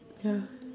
ya